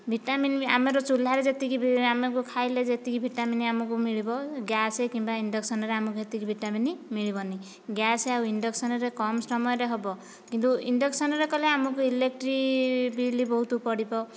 vitamin ଆମର ଚୁଲ୍ହାରେ ଯେତିକି ବି ଆମକୁ ଖାଇଲେ ଯେତିକି ଭିଟାମିନ ଆମକୁ ମିଳିବ ଗ୍ୟାସ କିମ୍ବା ଇଣ୍ଡକ୍ସନରେ ଆମକୁ ସେତିକି ଭିଟାମିନ ମିଳିବନି ଗ୍ୟାସ ଆଉ ଇଣ୍ଡକ୍ସନରେ କମ ସମୟରେ ହେବ କିନ୍ତୁ ଇଣ୍ଡକ୍ସନରେ କଲେ ଆମକୁ ଇଲେକ୍ଟ୍ରିକ୍ ବିଲ୍ ବହୁତ ପଡ଼ିବ